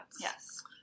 Yes